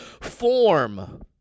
form